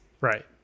right